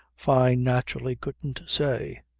fyne naturally couldn't say.